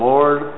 Lord